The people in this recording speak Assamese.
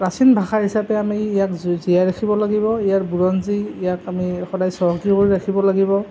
প্ৰাচীন ভাষা হিচাপে ইয়াক জ জীয়াই ৰাখিব লাগিব ইয়াৰ বুৰঞ্জী ইয়াক আমি সদায় চহকী কৰি ৰাখিব লাগিব